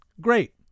Great